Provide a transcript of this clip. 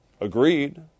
agreed